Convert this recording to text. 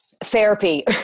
therapy